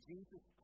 Jesus